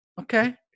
okay